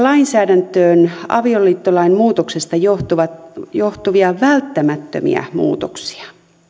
lainsäädäntöön avioliittolain muutoksesta johtuvia johtuvia välttämättömiä muutoksia